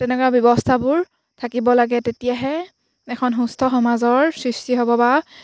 তেনেকুৱা ব্যৱস্থাবোৰ থাকিব লাগে তেতিয়াহে এখন সুস্থ সমাজৰ সৃষ্টি হ'ব বা